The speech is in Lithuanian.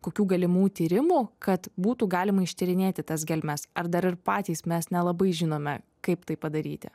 kokių galimų tyrimų kad būtų galima ištyrinėti tas gelmes ar dar ir patys mes nelabai žinome kaip tai padaryti